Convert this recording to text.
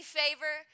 favor